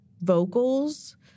Vocals